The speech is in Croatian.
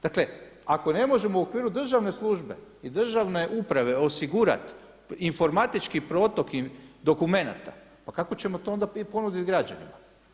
Dakle ako ne možemo u okviru državne službe i državne uprave osigurati informatički protok dokumenata, pa kako ćemo to onda ponuditi građanima?